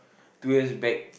two years back